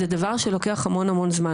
זה דבר שלוקח המון המון זמן,